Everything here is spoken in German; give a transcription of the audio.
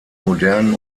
modernen